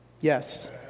Yes